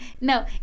No